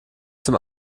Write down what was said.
zum